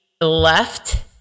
left